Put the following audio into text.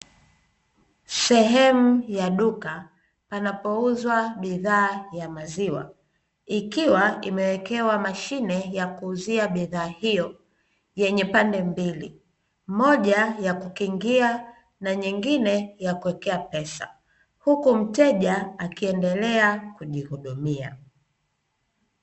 Sehemu ya duka panapouzwa bidhaa ya maziwa ikiwa imewekewa mashine yakuuzia bidhaa hiyo yenye pande mbili, moja ya kukingia na nyingine yakuwekea pesa huku mteja akiendelea kujihudumia.